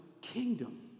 kingdom